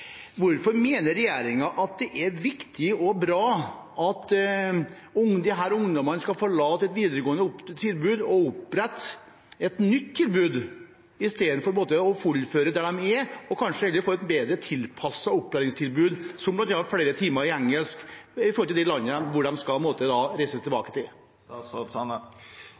Hvorfor mener regjeringen det er viktig og bra at disse ungdommene skal forlate et tilbud i videregående, og at man oppretter et nytt tilbud, istedenfor at de fullfører der de er, og kanskje heller får et bedre tilpasset opplæringstilbud, som bl.a. flere timer i engelsk – med tanke på det landet de skal reise tilbake til?